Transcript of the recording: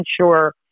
sure